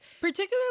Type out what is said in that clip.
Particularly